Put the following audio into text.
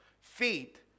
Faith